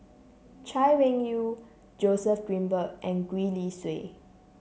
Chay Weng Yew Joseph Grimberg and Gwee Li Sui